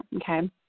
okay